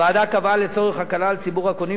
הוועדה קבעה לצורך הקלה על ציבור הקונים,